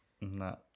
No